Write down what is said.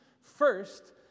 First